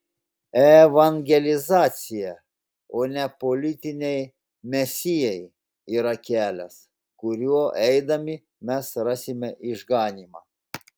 evangelizacija o ne politiniai mesijai yra kelias kuriuo eidami mes rasime išganymą